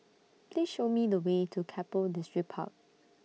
Please Show Me The Way to Keppel Distripark